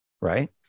right